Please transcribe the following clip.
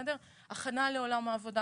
הכנה לעולם העבודה.